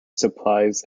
supplies